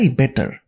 better